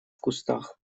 кустах